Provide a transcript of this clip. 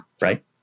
Right